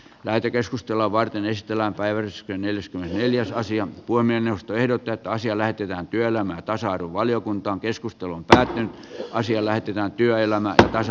lähetekeskustelua varten ystävänpäiväiskynnys pohjois aasian pulmien ostoehdot jotta asia näytetään työelämän tasa arvovaliokunta keskustelun tärkein asia lähetetään työelämän tasa